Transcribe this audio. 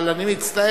אבל אני מצטער,